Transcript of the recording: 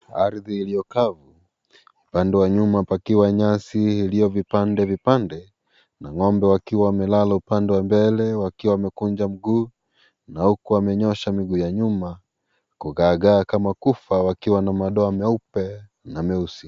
Ardhi iliyokavu, upande wa nyuma pakiwa nyasi iliyo vipande vipande na ng'ombe wakiwa wamelala upande wa mbele wakiwa wamekunja miguu na huku amenyoosha miguu ya nyuma kukaakaa kama kufa wakiwa na madoa meupe na meusi.